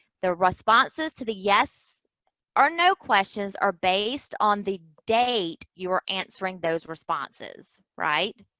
the responses to the yes or no questions are based on the date you are answering those responses. right?